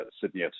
Sydney